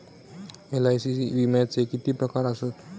LIC विम्याचे किती प्रकार आसत?